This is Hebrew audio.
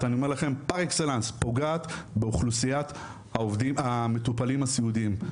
פר אקסלנס באוכלוסיית המטופלים הסיעודיים.